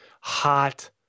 hot